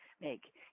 make